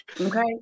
okay